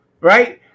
right